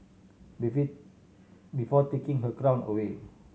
before taking her crown away